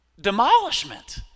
demolishment